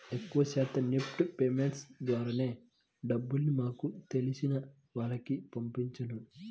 ఎక్కువ శాతం NEFT payments ద్వారానే డబ్బుల్ని మాకు తెలిసిన వాళ్లకి పంపించాను